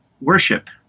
worship